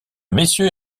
messieurs